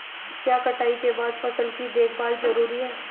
क्या कटाई के बाद फसल की देखभाल जरूरी है?